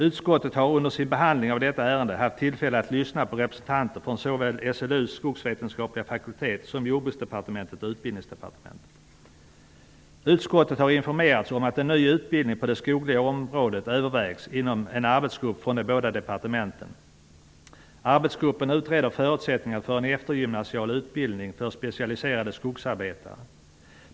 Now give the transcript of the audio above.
Utskottet har under sin behandling av detta ärende haft tillfälle att lyssna på representanter från såväl Utskottet har informerats om att en ny utbildning på det skogliga området övervägs inom en arbetsgrupp från de båda departementen. Arbetsgruppen utreder förutsättningarna för en eftergymnasial utbildning för specialiserade skogsarbetare.